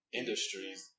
industries